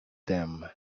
them